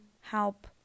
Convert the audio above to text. help